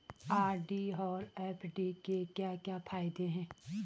RD और FD के क्या क्या फायदे हैं?